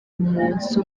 umunsi